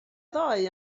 ddoe